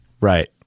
Right